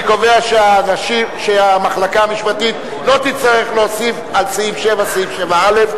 אני קובע שהמחלקה המשפטית לא תצטרך להוסיף על סעיף 7 סעיף 7א,